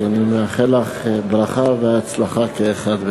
אז אני מאחל לך ברכה והצלחה כאחת,